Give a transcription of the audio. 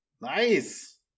Nice